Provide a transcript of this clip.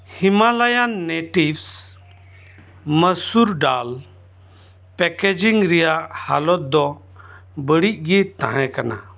ᱦᱤᱢᱟᱞᱚᱭᱟᱱ ᱱᱮᱴᱤᱯᱥ ᱢᱟᱹᱥᱩᱨᱰᱟᱞ ᱯᱮᱠᱮᱡᱤᱝ ᱨᱮᱭᱟᱜ ᱦᱟᱞᱚᱛ ᱫᱚ ᱵᱟᱹᱲᱤᱡ ᱜᱮ ᱛᱟᱦᱮᱸ ᱠᱟᱱᱟ